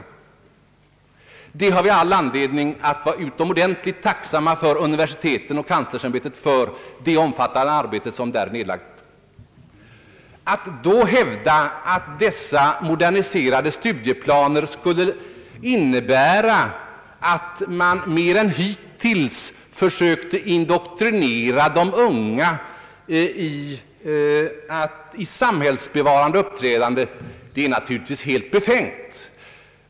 Vi har anledning att vara utomordentligt tacksamma mot universiteten och kanslersämbetet för det omfattande arbete som nedlagts i detta syfte. Att hävda att dessa moderniserade studieplaner skulle innebära att man mer än hittills försökt indoktrinera de unga i samhällsbevarande uppträdande är naturligtvis helt befängt.